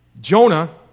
Jonah